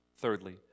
Thirdly